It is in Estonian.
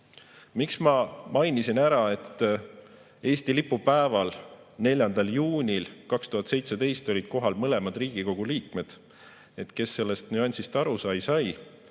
Miks ma mainisin ära, et Eesti lipu päeval, 4. juunil 2017 olid kohal mõlemad Riigikogu liikmed? Kes sellest nüansist aru sai,